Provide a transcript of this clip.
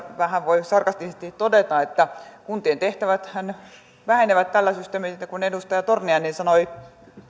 vähän voi sarkastisesti todeta että kuntien tehtäväthän vähenevät tällä systeemillä kuin edustaja torniainen sanoi